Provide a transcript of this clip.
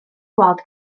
gweld